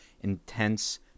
intense